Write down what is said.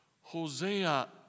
Hosea